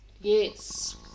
Yes